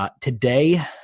today